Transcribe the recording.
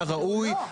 הראוי,